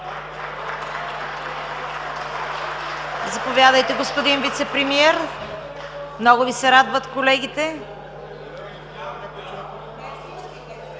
Заповядайте, господин Вицепремиер. Много Ви се радват колегите.